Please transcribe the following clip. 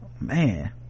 man